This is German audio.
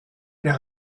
der